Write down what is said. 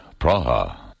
Praha